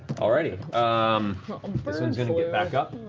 all righty. um this one's going to get back up